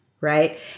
right